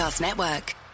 Network